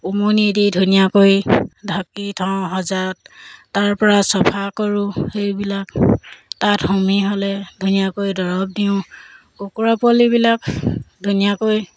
উমনি দি ধুনীয়াকৈ ঢাকি থওঁ সজাত তাৰপৰা চফা কৰোঁ সেইবিলাক তাত হোমি হ'লে ধুনীয়াকৈ দৰৱ দিওঁ কুকুৰা পোৱালিবিলাক ধুনীয়াকৈ